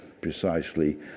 precisely